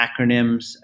acronyms